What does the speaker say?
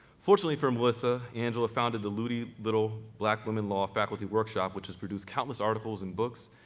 fortunately for melissa, angela founded the lutie little black women law faculty workshop, which has produced countless articles and books,